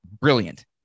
Brilliant